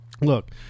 look